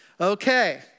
Okay